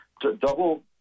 double